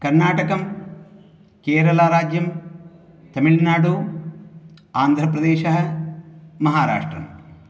कर्णाटकं केरलाराज्यं तमिल्नाडु आन्ध्रप्रदेशः महाराष्ट्रम्